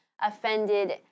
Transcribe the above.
offended